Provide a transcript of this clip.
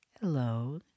hello